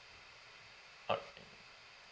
alright